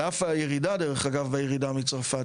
על אף הירידה בעלייה מצרפת,